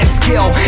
skill